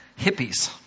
Hippies